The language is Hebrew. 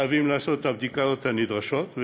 חייב לעשות את הבדיקות הנדרשות,